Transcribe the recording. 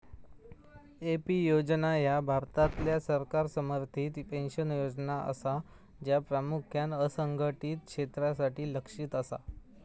AP योजना ह्या भारतातल्या सरकार समर्थित पेन्शन योजना असा, ज्या प्रामुख्यान असंघटित क्षेत्रासाठी लक्ष्यित असा